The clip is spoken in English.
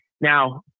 Now